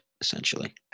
essentially